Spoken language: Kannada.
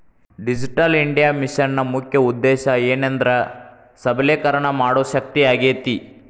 ಡಿಜಿಟಲ್ ಇಂಡಿಯಾ ಮಿಷನ್ನ ಮುಖ್ಯ ಉದ್ದೇಶ ಏನೆಂದ್ರ ಸಬಲೇಕರಣ ಮಾಡೋ ಶಕ್ತಿಯಾಗೇತಿ